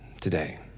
today